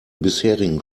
bisherigen